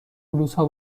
بلوزها